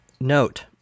Note